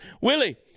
Willie